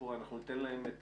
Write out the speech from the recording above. ניתן להן את